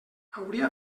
hauria